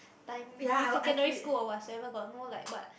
time during secondary school or whatsoever got no like what